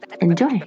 Enjoy